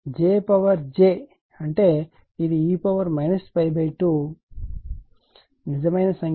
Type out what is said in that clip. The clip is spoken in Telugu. j j అంటే ఇది e 2 నిజమైన సంఖ్య